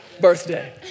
birthday